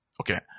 Okay